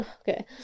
Okay